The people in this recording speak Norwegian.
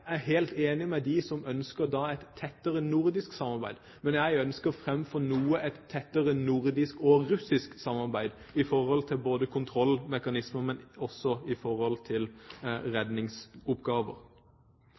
helt enig med dem som da ønsker et tettere nordisk samarbeid. Men jeg ønsker framfor noe et tettere nordisk og russisk samarbeid i forhold til både kontrollmekanismer